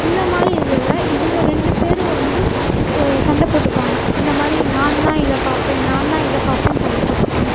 இந்த மாதிரி இதில் இவங்க ரெண்டு பேரும் வந்து சண்டை போட்டுப்பாங்க இந்த மாதிரி நான்தான் இதை பார்ப்பேன் நான்தான் இதை பார்ப்பேன்னு சண்டை போட்டுப்பாங்க